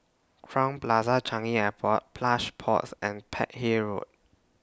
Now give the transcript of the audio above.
Crowne Plaza Changi Airport Plush Pods and Peck Hay Road